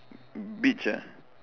beach ah